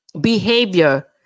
behavior